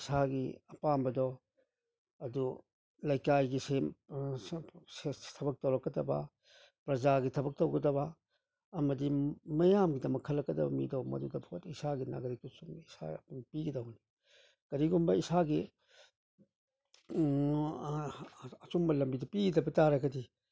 ꯏꯁꯥꯒꯤ ꯑꯄꯥꯝꯕꯗꯣ ꯑꯗꯨ ꯂꯩꯀꯥꯏꯒꯤ ꯊꯕꯛ ꯇꯧꯔꯛꯀꯗꯕ ꯄ꯭ꯔꯖꯥꯒꯤ ꯊꯕꯛ ꯇꯧꯒꯗꯕ ꯑꯃꯗꯤ ꯃꯤꯌꯥꯝꯒꯤꯗꯃꯛ ꯈꯜꯂꯛꯀꯗꯕ ꯃꯤꯗꯣ ꯃꯗꯨꯗ ꯚꯣꯠ ꯏꯁꯥꯒꯤ ꯅꯥꯒꯔꯤꯛꯇꯨꯁꯨ ꯏꯁꯥꯅ ꯄꯤꯒꯗꯧꯕꯅꯤ ꯀꯔꯤꯒꯨꯝꯕ ꯏꯁꯥꯒꯤ ꯑꯆꯨꯝꯕ ꯂꯝꯕꯤꯗ ꯄꯤꯗꯕ ꯇꯥꯔꯒꯗꯤ